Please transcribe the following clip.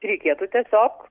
reikėtų tiesiog